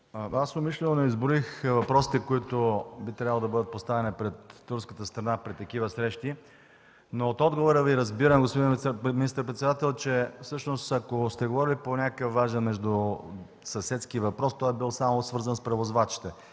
Аз умишлено не изброих въпросите, които би трябвало да бъдат поставени пред турската страна при такива срещи, но от отговора Ви разбирам, господин министър-председател, че всъщност ако сте говорили по някакъв важен междусъседски въпрос, той е бил свързан само с превозвачите.